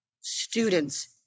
students